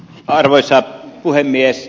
arvoisa puhemies